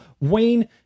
Wayne